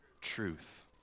Truth